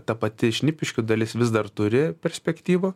ta pati šnipiškių dalis vis dar turi perspektyvų